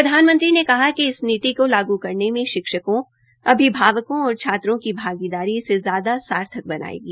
प्रधानमंत्री ने कहा कि इस नीति को लागू करने में शिक्षकों अभिभावकों और छात्रों की भागीदारी इसे ज्यादा सार्थक बनायेगी